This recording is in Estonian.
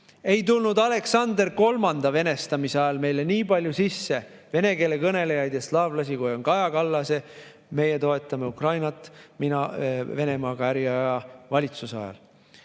ei tulnud Aleksander III venestamise ajal meile nii palju sisse vene keele kõnelejaid ja slaavlasi, kui on tulnud Kaja Kallase meie-toetame-Ukrainat-mina-Venemaaga-äri-ei-aja-valitsuse ajal.